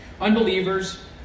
Unbelievers